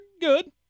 good